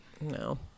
No